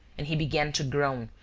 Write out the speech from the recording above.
and he began to groan,